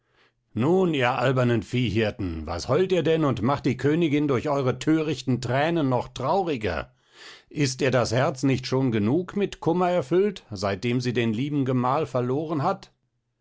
nun ihr albernen viehhirten was heult ihr denn und macht die königin durch eure thörichten thränen noch trauriger ist ihr das herz nicht schon genug mit kummer erfüllt seitdem sie den lieben gemahl verloren hat